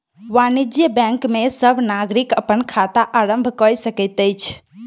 वाणिज्य बैंक में सब नागरिक अपन खाता आरम्भ कय सकैत अछि